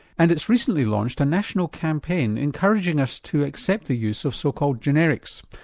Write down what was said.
and it's recently launched a national campaign encouraging us to accept the use of so called generics.